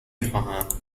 خواهم